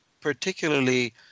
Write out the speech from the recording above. particularly